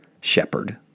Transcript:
shepherd